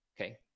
okay